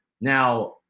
Now